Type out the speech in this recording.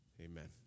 Amen